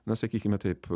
na sakykime taip